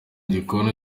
gikoni